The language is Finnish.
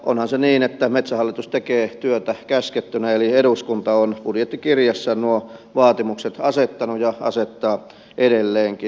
onhan se niin että metsähallitus tekee työtä käskettynä eli eduskunta on budjettikirjassa nuo vaatimukset asettanut ja asettaa edelleenkin